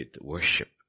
worship